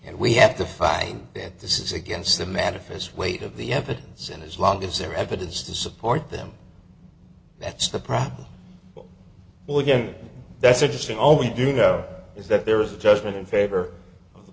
and we have to find that this is against the manifest weight of the evidence and as long as their evidence to support them that's the problem well again that's interesting all we do know is that there is a judgment in favor of the